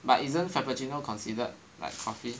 but isn't frappuccino considered like coffee